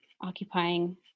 occupying